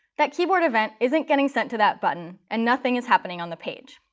that keyboard event isn't getting sent to that button, and nothing is happening on the page.